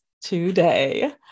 Today